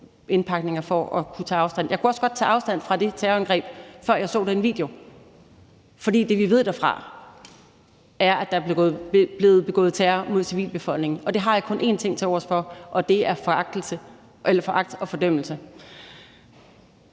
indpakninger for at kunne tage afstand fra det. Jeg kunne også godt tage afstand fra det terrorangreb, før jeg så den video, for det, vi ved derfra, er, at der er blevet begået terror mod civilbefolkningen. Og det har jeg kun én ting tilovers for, og det er foragt og fordømmelse.